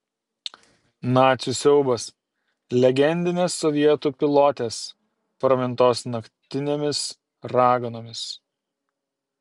nacių siaubas legendinės sovietų pilotės pramintos naktinėmis raganomis